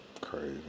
Crazy